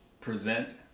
present